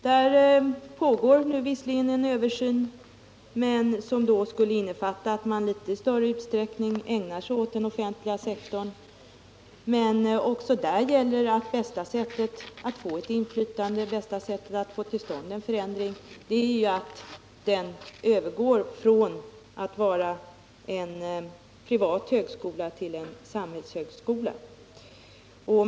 F. n. pågår en översyn som skulle innefatta att man i litet större utsträckning ägnar sig åt den offentliga sektorn, men också där gäller att bästa sättet att få ett inflytande och en förändring till stånd är att skolan övergår från att vara en privat högskola till att bli en samhällshögskola.